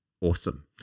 awesome